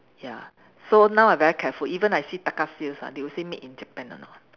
ya so now I very careful even I see Taka sales ah they would say made in Japan or not